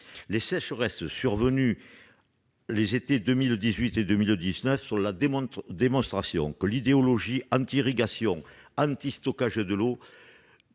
Les sécheresses survenues pendant les étés de 2018 et de 2019 sont la démonstration que l'idéologie anti-irrigation, anti-stockage de l'eau